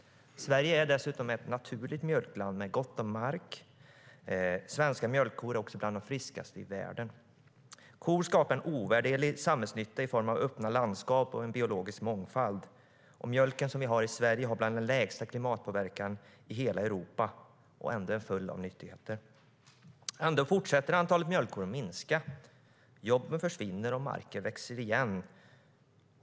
Sverige är dessutom ett naturligt mjölkland med gott om mark. Ändå fortsätter antalet mjölkkor att minska. Jobben försvinner, och marken växer igen.